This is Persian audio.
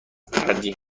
ترجیح